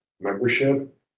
membership